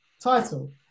title